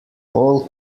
all